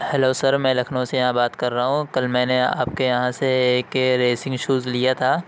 hello sir میں لکھنؤ سے یہاں بات کر رہا ہوں کل میں نے آپ کے یہاں سے ایک ریسنگ شوز لیا تھا